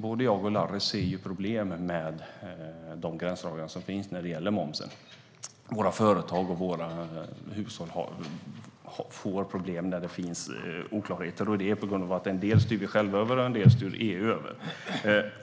både jag och Larry problem med de gränsdragningar som finns när det gäller momsen. Våra företag och våra hushåll får problem när det finns oklarheter på grund av att vi själva styr över en del och att EU styr över en del.